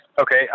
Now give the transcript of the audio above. Okay